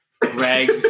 Greg